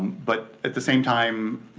but at the same time,